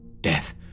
Death